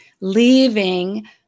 leaving